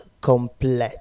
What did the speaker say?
complete